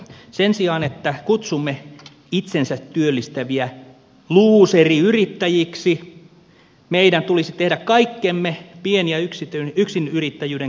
sen sijaan että kutsumme itsensä työllistäviä luuseriyrittäjiksi meidän tulisi tehdä kaikkemme pien ja yksinyrittäjyyden kannustamiseksi